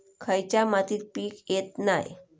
खयच्या मातीत पीक येत नाय?